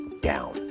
down